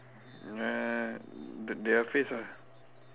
uh their face ah